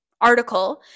article